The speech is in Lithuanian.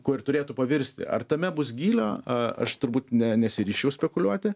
kuo ir turėtų pavirsti ar tame bus gylio aš turbūt ne nesiryžčiau spekuliuoti